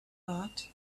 thought